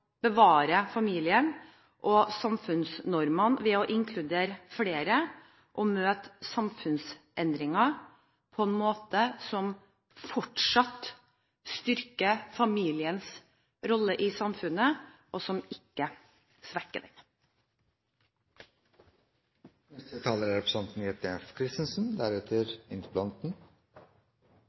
bevare familien og samfunnsnormene ved å inkludere flere og møte samfunnsendringer på en måte som fortsatt styrker familiens rolle i samfunnet og ikke svekker